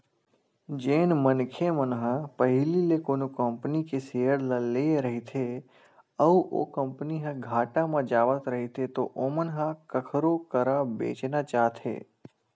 जेन मनखे मन ह पहिली ले कोनो कंपनी के सेयर ल लेए रहिथे अउ ओ कंपनी ह घाटा म जावत रहिथे त ओमन ह कखरो करा बेंचना चाहथे